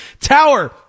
Tower